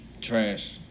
Trash